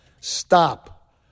Stop